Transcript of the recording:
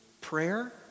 prayer